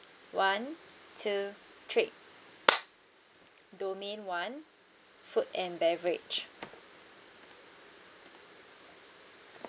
one two three domain one food and beverage